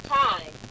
time